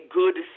good